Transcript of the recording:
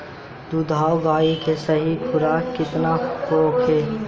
दुधारू गाय के सही खुराक केतना होखे?